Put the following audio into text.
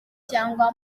cyangwa